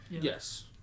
Yes